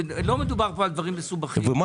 לא מדובר פה על דברים מסובכים --- ומה